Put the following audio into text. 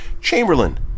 Chamberlain